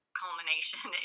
culmination